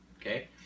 okay